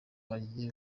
agiye